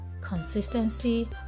Consistency